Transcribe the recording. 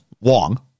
Wong